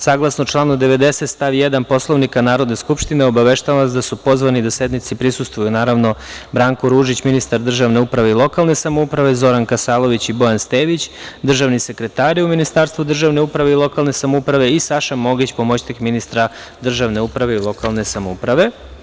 Saglasno članu 90. stav 1. Poslovnika Narodne skupštine, obaveštavam vas da su pozvani da sednici prisustvuju Branko Ružić, ministar državne uprave i lokalne samouprave, Zoran Kasalović i Bojan Stević, državni sekretari u Ministarstvu državne uprave i lokalne samouprave i Saša Mogić, pomoćnik ministra državne uprave i lokalne samouprave.